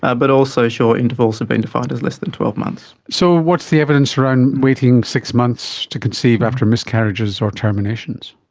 ah but also short intervals have been defined as less than twelve months. so what's the evidence around waiting six months to conceive after miscarriages or terminations?